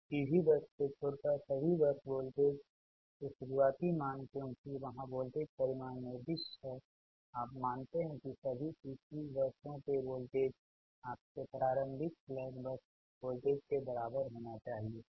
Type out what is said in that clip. फिर P V bus को छोड़कर सभी बस वॉल्टेज के शुरुआती मान क्योंकि वहां वोल्टेज परिमाण निर्दिष्ट है आप मानते हैं कि सभी P Q बसों के वोल्टेज आपके प्रारंभिक स्लैक बस वोल्टेज के बराबर होना चाहिए